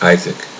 Isaac